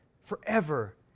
forever